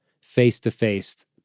face-to-face